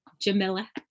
Jamila